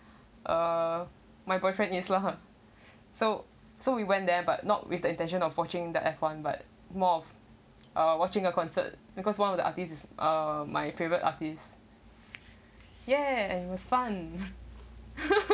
uh my boyfriend is lah so so we went there but not with the intention of watching the F one but more of uh watching a concert because one of the artists uh is my favorite artist yeah and it was fun